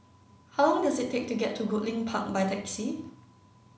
how long does it take to get to Goodlink Park by taxi